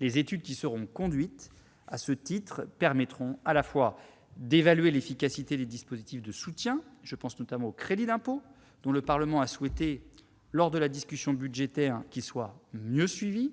Les études qui seront conduites à ce titre permettront à la fois d'évaluer l'efficacité des dispositifs de soutien- je pense, notamment, aux crédits d'impôt, dont le Parlement a souhaité, lors de la discussion budgétaire, qu'ils soient mieux suivis